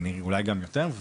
אולי גם יותר.